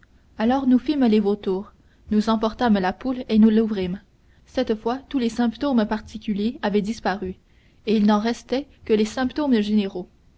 alors nous fîmes les vautours nous emportâmes la poule et nous l'ouvrîmes cette fois tous les symptômes particuliers avaient disparu et il ne restait que les symptômes généraux